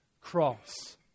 cross